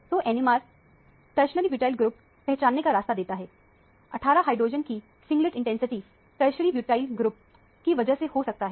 तो NMR tertiary butyl group पहचानने का रास्ता देता है 18 हाइड्रोजन की singlet intensity tertiary butyl group की वजह से हो सकता है